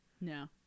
No